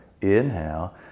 Inhale